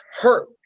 hurt